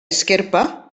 esquerpa